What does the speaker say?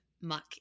muck